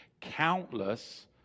countless